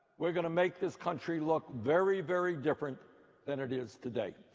we're going to make this country look very, very different than it is today.